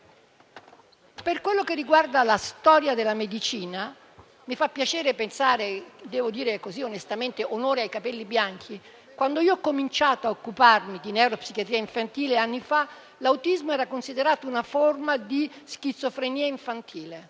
Per quello che riguarda la storia della medicina, mi fa piacere pensare - e devo dire, onestamente, onore ai capelli bianchi - che quando io ho cominciato ad occuparmi di neuropsichiatria infantile, anni fa, l'autismo era considerato una forma di schizofrenia infantile.